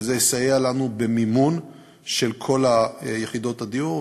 וזה יסייע לנו במימון של כל יחידות הדיור,